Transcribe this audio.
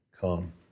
come